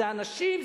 זה אנשים,